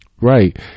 right